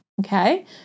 Okay